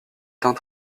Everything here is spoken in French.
teint